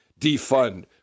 defund